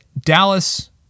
Dallas